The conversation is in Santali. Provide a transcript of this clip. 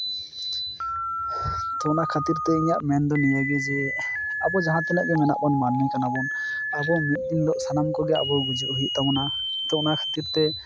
ᱛᱚ ᱚᱱᱟ ᱠᱷᱟᱹᱛᱤᱨ ᱛᱮ ᱤᱧᱟᱹᱜ ᱢᱮᱱᱫᱚ ᱱᱤᱭᱟᱹ ᱜᱮ ᱡᱮ ᱟᱵᱚ ᱡᱟᱦᱟᱸᱛᱤᱱᱟᱹᱜ ᱜᱮ ᱢᱮᱱᱟᱜ ᱵᱚᱱ ᱢᱟᱹᱱᱢᱤ ᱠᱟᱱᱟᱵᱚᱱ ᱟᱵᱚ ᱢᱤᱫ ᱫᱤᱱ ᱦᱤᱞᱳᱜ ᱥᱟᱱᱟᱢ ᱠᱚᱜᱮ ᱟᱵᱚ ᱜᱩᱡᱩᱜ ᱜᱩᱭᱩᱜ ᱛᱟᱵᱚᱱᱟ ᱛᱚ ᱚᱱᱟ ᱠᱷᱟᱹᱛᱤᱨ ᱛᱮ